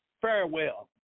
Farewell